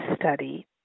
study